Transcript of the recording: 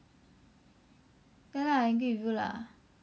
ya lah I angry with you lah